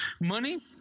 Money